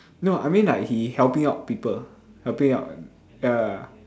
no I mean like he helping out people helping out ya